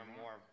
more